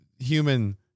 human